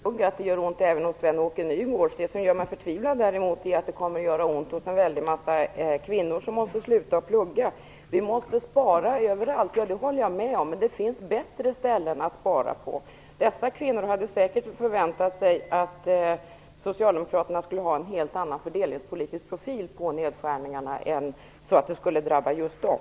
Herr talman! Det gläder mig inte ett dugg att det gör ont för Sven-Åke Nygårds. Däremot gör det mig förtvivlad att det kommer att göra ont för en väldig massa kvinnor som måste sluta att plugga. Att vi måste spara överallt håller jag med om, men det finns bättre ställen att spara på. Dessa kvinnor hade säkert förväntat sig att Socialdemokraterna skulle ha en helt annan fördelningspolitisk profil på nedskärningarna, så att nedskärningarna inte skulle drabba just dem.